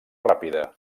ràpida